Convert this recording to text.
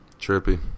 Trippy